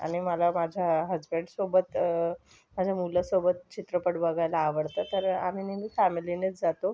आणि मला माझ्या हजबेंडसोबत माझ्या मुलासोबत चित्रपट बघायला आवडतं तर आम्ही नेहमी फॅमिलीनेच जातो